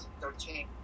2013